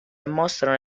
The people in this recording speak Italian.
mostrano